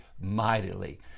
mightily